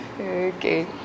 Okay